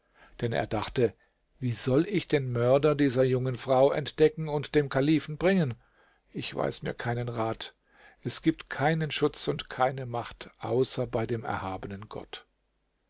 denn er dachte wie soll ich den mörder dieser jungen frau entdecken und dem kalifen bringen ich weiß mir keinen rat es gibt keinen schutz und keine macht außer bei dem erhabenen gott